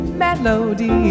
melody